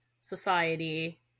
society